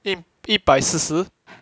一一百四十